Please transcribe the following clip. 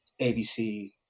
ABC